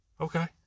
okay